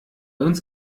uns